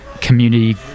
community